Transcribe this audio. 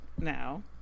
now